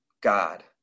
God